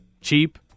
Cheap